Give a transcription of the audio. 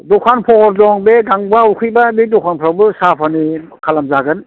दखान फहर दं बे गांबा उखैबा बे दखानफ्रावबो साहा फानि खालामजागोन